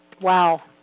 Wow